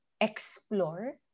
explore